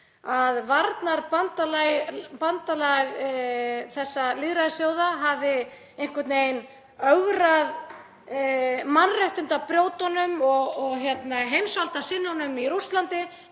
að varnarbandalag þessara lýðræðisþjóða hafi einhvern veginn ögrað mannréttindabrjótunum og heimsvaldasinnunum í Rússlandi